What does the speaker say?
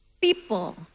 people